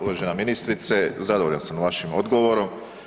Uvažena ministrice, zadovoljan sam vašim odgovorom.